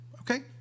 Okay